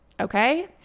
Okay